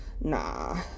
Nah